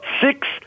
six